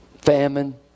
famine